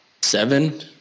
seven